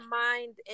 mind